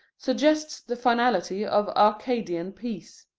suggests the finality of arcadian peace.